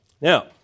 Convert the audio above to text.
Now